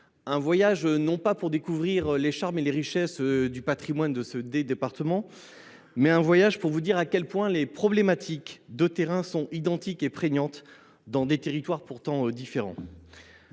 un voyage non pas pour découvrir les charmes et les richesses du patrimoine de nos deux départements, mais un voyage pour vous montrer à quel point les problématiques de terrain sont identiques et prégnantes dans des territoires pourtant différents.